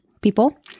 people